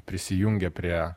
prisijungė prie